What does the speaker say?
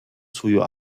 свою